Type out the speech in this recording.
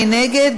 מי נגד?